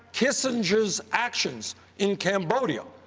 kissinger's actions in cambodia,